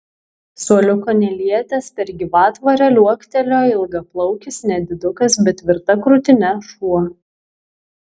suoliuko nelietęs per gyvatvorę liuoktelėjo ilgaplaukis nedidukas bet tvirta krūtine šuo